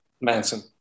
Manson